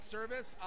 Service